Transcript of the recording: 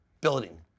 Building